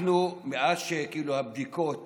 מאז שהבדיקות